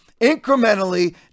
incrementally